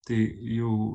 tai jau